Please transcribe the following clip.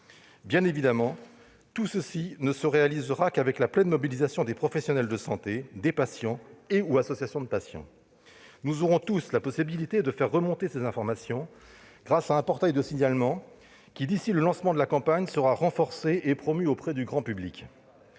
Bien évidemment, tout cela ne se réalisera qu'avec la pleine mobilisation des professionnels de santé, des patients et des associations de patients. Nous aurons tous la possibilité de faire remonter ces informations grâce à un portail de signalement, qui, d'ici au lancement de la campagne, sera renforcé et promu auprès du grand public.